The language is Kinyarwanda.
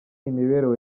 imibereho